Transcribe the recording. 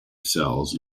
cells